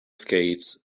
skates